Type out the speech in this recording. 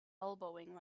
elbowing